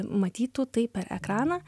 matytų tai per ekraną